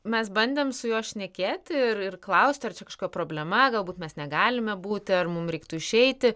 mes bandėm su juo šnekėti ir ir klausti ar čia kažkokia problema galbūt mes negalime būti ar mum reiktų išeiti